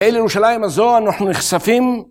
אל ירושלים הזו אנחנו נחשפים.